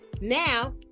now